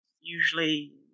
usually